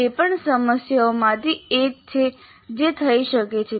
તે પણ સમસ્યાઓમાંથી એક છે જે થઇ શકે છે